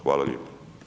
Hvala lijepo.